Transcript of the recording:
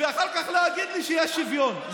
ואחר כך להגיד לי שיש שוויון.